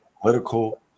political